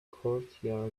courtyard